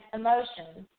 emotions